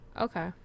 Okay